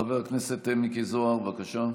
חבר הכנסת מיקי זוהר, בבקשה.